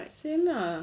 same lah